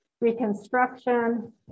reconstruction